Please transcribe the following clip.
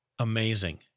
Amazing